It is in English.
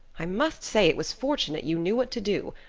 i must say it was fortunate you knew what to do.